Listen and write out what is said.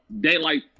Daylight